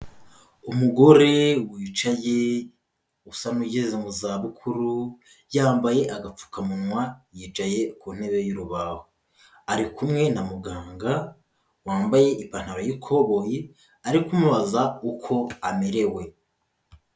Umugore wicaye usa n'ugeze mu zabukuru, yambaye agapfukamunwa yicaye ku ntebe y'urubahu, ari kumwe na muganga wambaye ipantaro y'ikoboyi, ari kumubaza uko amerewe.